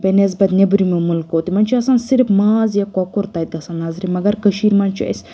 بَنِسبَت نیٚبرِمٮ۪و مٔلکُو تمَن چھِ آسان صِرِف ماز یا کۄکُر تَتہِ آسان نَظرِ مَگر کٔشیٖر منٛز چھِ اَسہِ